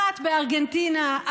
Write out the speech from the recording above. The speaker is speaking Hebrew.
אחת בארגנטינה,